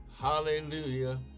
Hallelujah